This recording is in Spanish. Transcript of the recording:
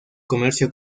comercio